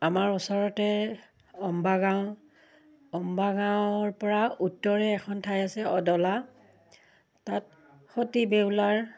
আমাৰ ওচৰতে অম্বাগাঁও অম্বাগাঁৱৰ পৰা উত্তৰে এখন ঠাই আছে অদলা তাত সতি বেউলাৰ